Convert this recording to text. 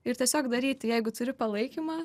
ir tiesiog daryti jeigu turi palaikymą